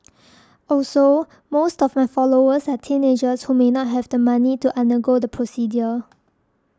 also most of my followers are teenagers who may not have the money to undergo the procedure